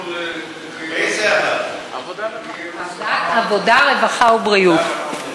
ועדת העבודה, הרווחה והבריאות.